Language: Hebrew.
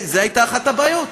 זו הייתה אחת הבעיות,